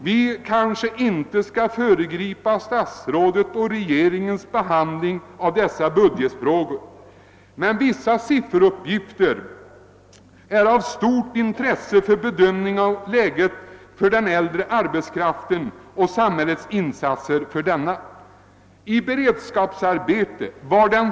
Vi kanske inte skall föregripa statsrådets och regeringens behandling av dessa budgetfrågor, men vissa sifferuppgifter är av stort intresse för bedömningen av läget för den äldre arbetskraften och samhällets insatser för denna. av alla beredskapsarbetare.